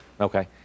Okay